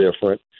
different